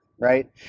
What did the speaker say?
right